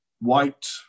white